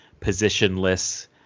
positionless